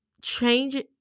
change